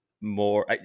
more